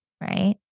right